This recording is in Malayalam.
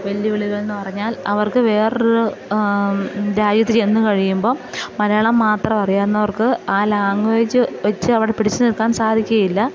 വെല്ലുവിളികളെന്നു പറഞ്ഞാൽ അവർക്ക് വേറൊരു രാജ്യത്ത് ചെന്നു കഴിയുമ്പം മലയാളം മാത്രം അറികുന്നവർക്ക് ആ ലാംഗ്വേജ് വെച്ചവിടെ പിടിച്ചു നിൽക്കാൻ സാധിക്കയില്ല